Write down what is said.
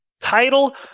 title